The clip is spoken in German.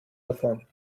davon